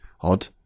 odd